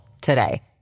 today